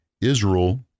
Israel